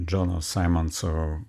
džono saimandso